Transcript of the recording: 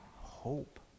hope